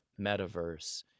metaverse